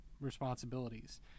responsibilities